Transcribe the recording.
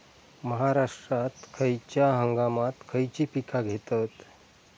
महाराष्ट्रात खयच्या हंगामांत खयची पीका घेतत?